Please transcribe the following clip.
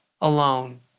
alone